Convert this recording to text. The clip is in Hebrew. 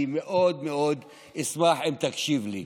אני מאוד מאוד אשמח אם תקשיב לי.